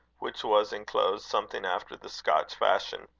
which was enclosed something after the scotch fashion.